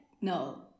no